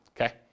okay